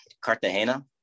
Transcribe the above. Cartagena